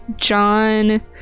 John